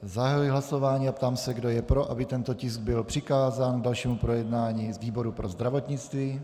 Zahajuji hlasování a ptám se, kdo je pro, aby tento tisk byl přikázán k dalšímu projednání výboru pro zdravotnictví.